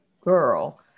girl